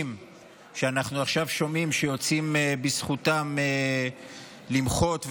שאנחנו עכשיו שומעים שיוצאים בזכותם למחות,